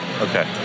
Okay